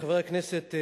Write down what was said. חברי הכנסת,